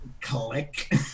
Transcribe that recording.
Click